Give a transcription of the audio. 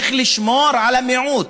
איך לשמור על המיעוט,